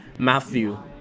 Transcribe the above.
Matthew